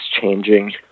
changing